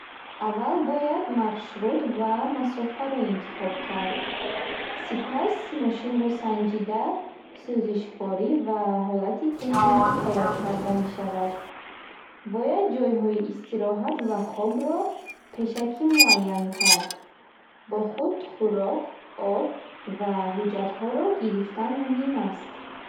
Аввал бояд маршрут ва масофаро интихоб кард. Сипас мошинро санҷида, сӯзишворӣ ва ҳолати техникӣ тайёр карда мешавад. Бояд ҷойҳои истироҳат ва хобро пешакӣ муайян кард. Бо худ хӯрок, об ва ҳуҷҷатҳоро гирифтан муҳим аст.